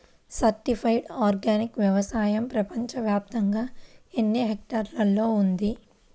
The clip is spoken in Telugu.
సర్టిఫైడ్ ఆర్గానిక్ వ్యవసాయం ప్రపంచ వ్యాప్తముగా ఎన్నిహెక్టర్లలో ఉంది?